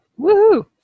woohoo